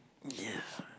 yes